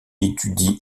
étudie